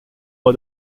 for